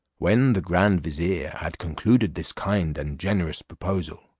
when the grand vizier had concluded this kind and generous proposal,